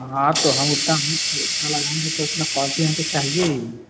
हाँ तो हम उतना हम पैसा लगाएँगे तो इतना क्वालटी हमको चाहिए ही